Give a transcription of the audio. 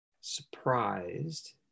surprised